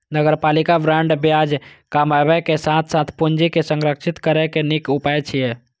नगरपालिका बांड ब्याज कमाबै के साथ साथ पूंजी के संरक्षित करै के नीक उपाय छियै